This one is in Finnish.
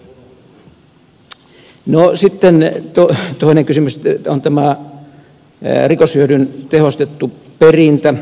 sitten toinen kysymys on tämä rikoshyödyn tehostettu perintä